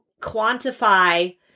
quantify